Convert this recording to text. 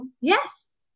Yes